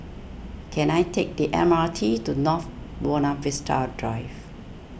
can I take the M R T to North Buona Vista Drive